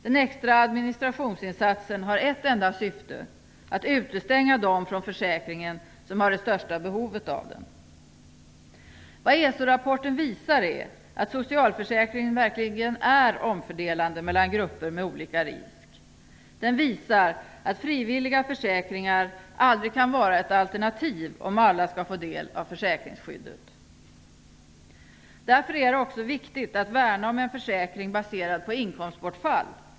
Den extra administrationsinsatsen har ett enda syfte: att utestänga dem från försäkringen som har det största behovet av den. Vad ESO-rapporten visar är att socialförsäkringen verkligen är omfördelande mellan grupper med olika risk. Den visar att frivilliga försäkringar aldrig kan vara ett alternativ om alla skall få del av försäkringsskyddet. Därför är det också viktigt att värna om en försäkring baserad på inkomstbortfall.